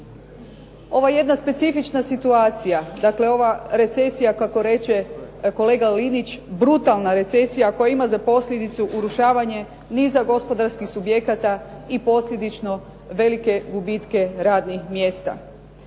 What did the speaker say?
ova jedna specifična situacija. Dakle, ova recesija, kako reče kolega Linić brutalna recesija koja ima za posljedicu urušavanje niza gospodarskih subjekata i posljedično velike gubitke radnih mjesta.